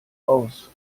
aus